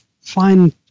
find